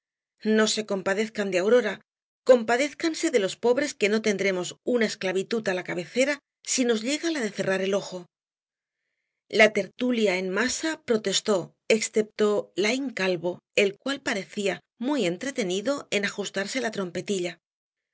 no se compadezcan de aurora compadézcanse de los pobres que no tendremos una esclavitud á la cabecera si nos llega la de cerrar el ojo la tertulia en masa protestó excepto laín calvo el cual parecía muy entretenido en ajustarse la trompetilla